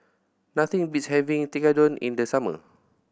nothing beats having Tekkadon in the summer